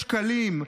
200 מיליוני שקלים.